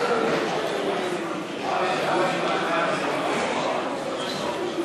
להביע אי-אמון בממשלה לא נתקבלה.